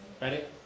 Ready